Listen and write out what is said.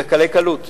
בקלי קלות.